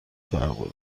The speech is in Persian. فرق